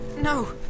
No